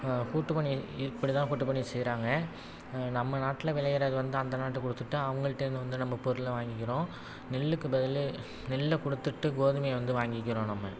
கூட்டு பணி இப்படிதான் கூட்டு பணி செய்கிறாங்க நம்ம நாட்டில் விளையிறது வந்து அந்த நாட்டுக்கு கொடுத்துட்டு அவங்கள்ட்டேருந்து வந்து நம்ம பொருளை வாங்கிக்கிறோம் நெல்லுக்கு பதில் நெல்லை கொடுத்துட்டு கோதுமையை வந்து வாங்கிக்கிறோம் நம்ம